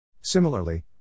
Similarly